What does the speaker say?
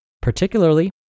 particularly